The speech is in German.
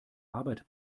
arbeit